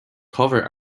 cover